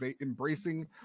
embracing